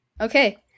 okay